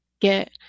Get